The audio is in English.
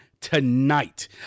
tonight